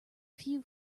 few